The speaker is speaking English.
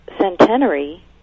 centenary